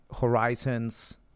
horizons